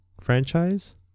franchise